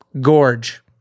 gorge